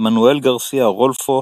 מנואל גרסיה-רולפו,